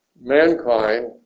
mankind